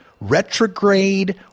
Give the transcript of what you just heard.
retrograde